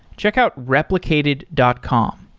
checkout replicated dot com.